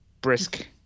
brisk